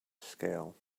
scale